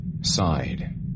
sighed